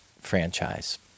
franchise